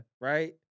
right